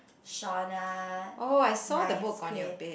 Shona nice quake